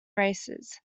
races